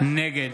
נגד